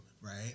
Right